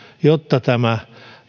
jotta tämä